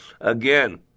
Again